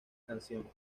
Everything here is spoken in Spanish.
canción